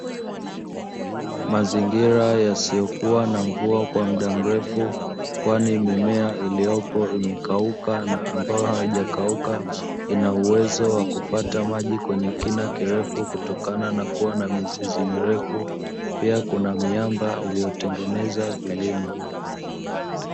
Mazingira yasiyokuwa na mvua kwa mda mrefu kwani mimea iliyopo imekauka na ambayo haijakauka, ina uwezo wa kufata maji kwenye kina kirefu kutokana na kuwa na mizizi mirefu, pia kuna miamba iliyotengeneza vilima.